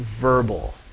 verbal